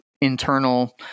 internal